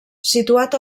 situat